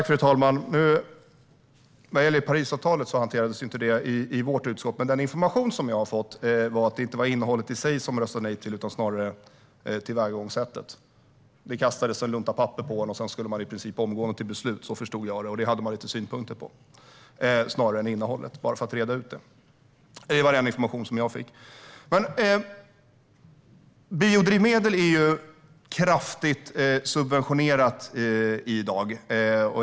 Fru talman! Parisavtalet hanterades ju inte i vårt utskott, men den information jag har fått är att det inte var innehållet i sig som vi röstade nej till utan snarare tillvägagångssättet. Det kastades en lunta på papper på en, och sedan skulle man i princip omgående till beslut. Så förstod jag det. Detta snarare än innehållet hade vi lite synpunkter på, bara för att reda ut det. Det är den information jag har fått. Biodrivmedel är ju kraftigt subventionerade i dag.